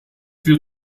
wir